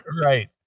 Right